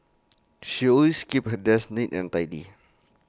she always keeps her desk neat and tidy